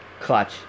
clutch